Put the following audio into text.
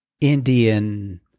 Indian